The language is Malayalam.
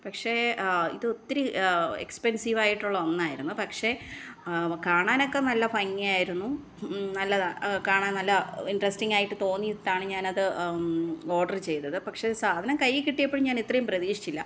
പക്ഷേ ഇതൊത്തിരി എക്സ്പെൻസിവായിട്ടുള്ള ഒന്നായിരുന്നു പക്ഷേ കാണാനൊക്കെ നല്ല ഭംഗിയായിരുന്നു നല്ലതാണ് കാണാൻ നല്ല ഇൻ്ററസ്റ്റിങായിട്ട് തോന്നീട്ടാണ് ഞാനത് ഓർഡറ് ചെയ്തത് പക്ഷേ സാധനം കയ്യിൽക്കിട്ടിയപ്പൊഴും ഞാൻ ഇത്രയും പ്രതീക്ഷിച്ചില്ല